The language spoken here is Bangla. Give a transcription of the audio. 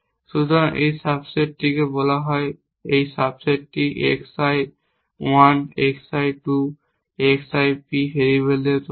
সুতরাং এই সাবসেটটি বলা যাক এই সাব সেটটি x i 1 x i 2 x i p variable দিয়ে তৈরি